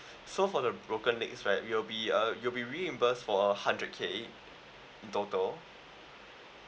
so for the broken legs right you'll be uh you'll be reimburse for a hundred K in total